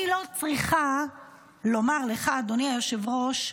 אני לא צריכה לומר לך, אדוני היושב-ראש,